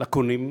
לקונים,